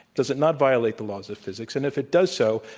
does it not violate the laws of physics? and if it does so,